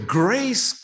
grace